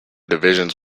divisions